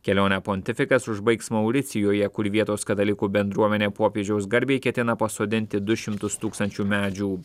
kelionę pontifikas užbaigs mauricijuje kur vietos katalikų bendruomenė popiežiaus garbei ketina pasodinti du šimtus tūkstančių medžių